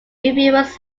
reviewers